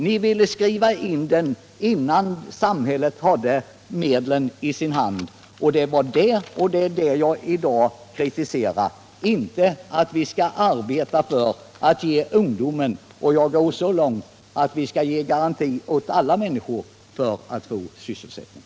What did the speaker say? Ni ville skriva in detta innan samhället hade medlen i sin hand, och det är det jag i dag kritiserar, inte att vi skall arbeta för att ge ungdomar denna garanti. Jag går så långt att vi skall ge garanti för sysselsättning åt alla människor.